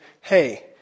hey